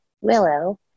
Willow